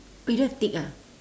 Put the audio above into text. oh you don't have tick ah